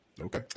Okay